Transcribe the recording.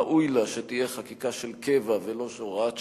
ראוי לה שתהיה חקיקה של קבע ולא הוראת שעה,